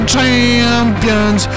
champions